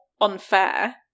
unfair